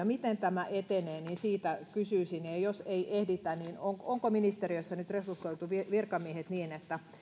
miten tämä etenee siitä kysyisin jos ei ehditä niin onko onko ministeriössä nyt resursoitu virkamiehet niin että